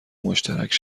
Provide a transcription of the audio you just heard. مشترک